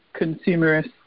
consumerist